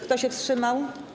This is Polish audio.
Kto się wstrzymał?